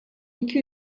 iki